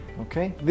okay